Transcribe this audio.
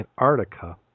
Antarctica